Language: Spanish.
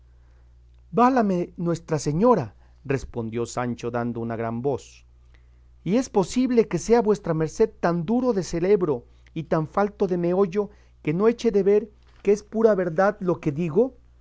válame nuestra señora respondió sancho dando una gran voz y es posible que sea vuestra merced tan duro de celebro y tan falto de meollo que no eche de ver que es pura verdad la que le digo